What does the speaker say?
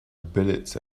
bullets